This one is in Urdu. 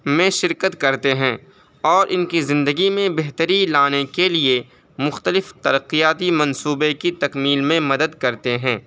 میں شرکت کرتے ہیں اور ان کی زندگی میں بہتری لانے کے لیے مختلف ترقیاتی منصوبے کی تکمیل میں مدد کرتے ہیں